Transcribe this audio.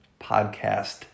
Podcast